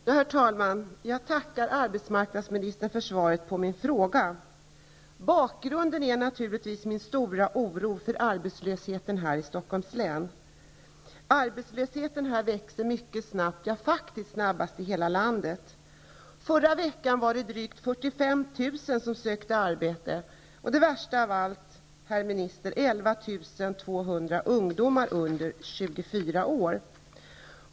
Herr talman! Jag tackar arbetsmarknadsministern för svaret på min fråga. Bakgrunden till frågan är, och det är helt naturligt, den stora oro som jag känner med anledning av arbetslösheten i Stockholms län. Arbetslösheten här växer ju mycket snabbt -- ja, faktiskt snabbast i hela landet. Förra veckan sökte drygt 45 000 personer arbete. Och det värsta av allt, herr minister, är att det rör sig om 11 200 ungdomar under 24 år.